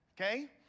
okay